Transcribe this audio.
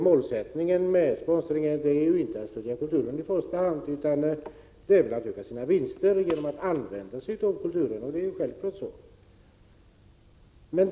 Målsättningen med sponsringen är inte i första hand att stödja kulturen, utan det är att öka vinsten genom att använda sig av kulturen. Självfallet är det så.